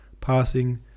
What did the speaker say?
Passing